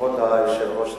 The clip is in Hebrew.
כבוד היושב-ראש,